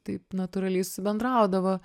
taip natūraliai susibendraudavo